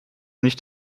nicht